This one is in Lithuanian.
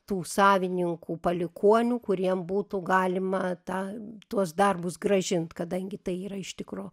tų savininkų palikuonių kuriem būtų galima tą tuos darbus grąžint kadangi tai yra iš tikro